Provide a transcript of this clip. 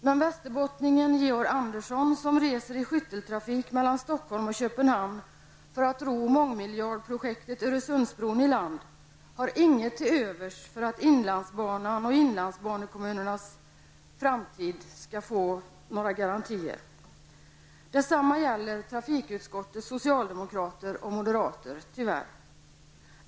Men västerbottningen Georg Andersson, som reser i skytteltrafik mellan Stockholm och Köpenhamn för att ro mångmiljardprojektet Öresundsbron i land, har inget till övers för kravet att inlandsbanan och inlandsbanekommunerna framtid skall få några garantier. Detsamma gäller tyvärr trafikutskottets socialdemokrater och moderater.